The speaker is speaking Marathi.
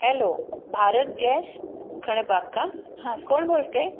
हॅलो भारत गॅस खणेपाक हां कोण बोलते